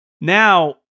Now